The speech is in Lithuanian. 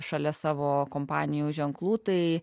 šalia savo kompanijų ženklų tai